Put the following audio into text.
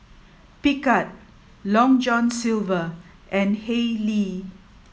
Picard Long John Silver and Haylee